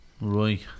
Right